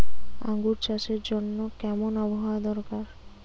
আঙ্গুর চাষের জন্য কেমন আবহাওয়া দরকার?